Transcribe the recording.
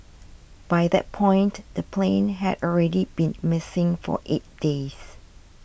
by that point the plane had already been missing for eight days